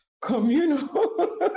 communal